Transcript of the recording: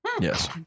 Yes